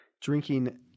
drinking